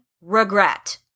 regret